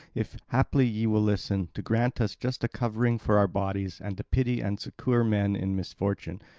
if haply ye will listen, to grant us just a covering for our bodies, and to pity and succour men in misfortune,